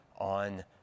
on